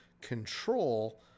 control